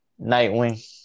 Nightwing